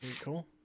cool